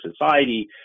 society